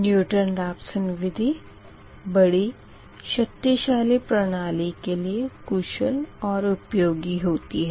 Newton Raphson विधी बढ़ी शक्ति प्रणाली के लिए कुशल और उपयोगी होती है